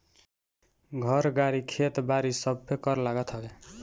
घर, गाड़ी, खेत बारी सबपे कर लागत हवे